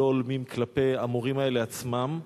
לא הולמים כלפי המורים האלה עצמם,